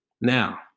Now